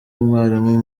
umwarimu